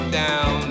down